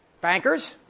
Bankers